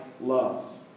love